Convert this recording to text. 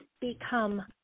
become